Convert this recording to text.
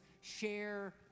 share